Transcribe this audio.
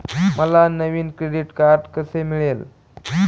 मला नवीन credit card कसे मिळेल?